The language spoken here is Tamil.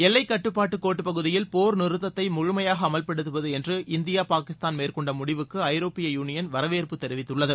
எல்லைக் கட்டுப்பாட்டுகோட்டுப்பகுதியில் போர் நிறுத்தத்தைமுழுமையாகஅமல்படுத்துவதுஎன்று இந்தியா பாகிஸ்தான் மேற்கொண்டமுடிவுக்குஐரோப்பிய யூனியன் வரவேற்பு தெரிவித்துள்ளது